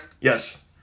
Yes